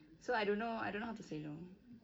so I don't know I don't know how to say no